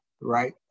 right